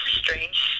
strange